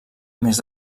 més